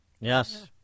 Yes